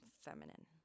feminine